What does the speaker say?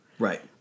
Right